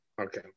Okay